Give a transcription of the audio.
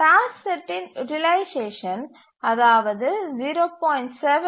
task செட்டின் utilisation அதாவது 0